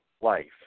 life